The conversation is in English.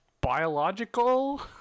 biological